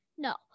No